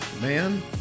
man